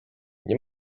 nie